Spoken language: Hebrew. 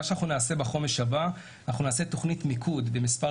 בחומש הבא אנחנו נעשה תוכנית מיקוד במספר